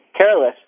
careless